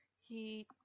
He-